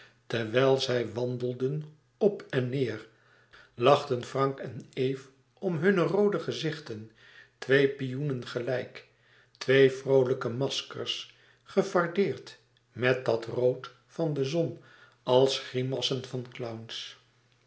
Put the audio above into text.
terwijl zij wandelden op en neêr lachten frank en eve om hunne roode gezichten twee pioenen gelijk twee vroolijke maskers gefardeerd met dat rood van de zon als grimassen van clowns